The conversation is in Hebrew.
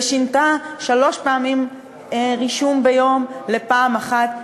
ושינתה שלוש פעמים רישום ביום לפעם אחת,